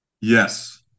Yes